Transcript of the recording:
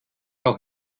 auch